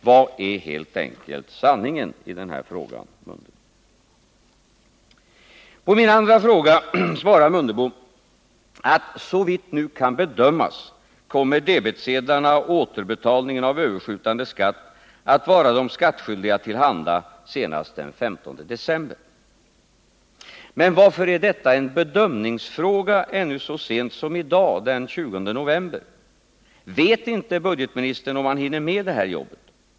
Vad är helt enkelt sanningen i denna fråga, Ingemar Mundebo? På min andra fråga svarar Ingemar Mundebo att ”såvitt nu kan bedömas” Nr 32 kommer debetsedlarna och återbetalningen av överskjutande skatt att vara de skattskyldiga till handa senast den 15 december. Men varför är detta en bedömningsfråga ännu så sent som i dag, den 20 november? Vet inte budgetministern om man hinner med det här jobbet?